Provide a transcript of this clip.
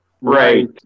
Right